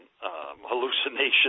hallucination